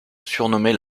surnommée